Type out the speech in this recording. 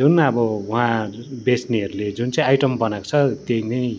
जुन अब उहाँ बेच्नेहरूले जुन चाहिँ आइटम बनाएको छ त्यही नै